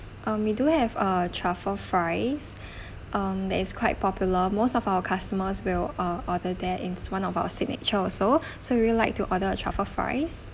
um we do have uh truffle fries um that is quite popular most of our customers will uh other that it's one of our signature also so would you like to order a truffle fries